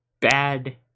bad